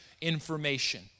information